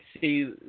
see